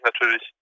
natürlich